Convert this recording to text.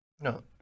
No